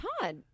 Todd